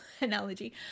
analogy